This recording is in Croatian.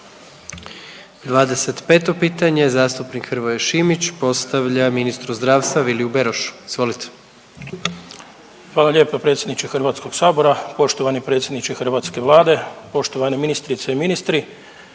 25. pitanje zastupnik Hrvoje Šimić postavlja ministru zdravstva Viliju Berošu, izvolite. **Šimić, Hrvoje (HDZ)** Hvala lijepo predsjedniče HS, poštovani predsjedniče hrvatske vlade, poštovane ministrice i ministri.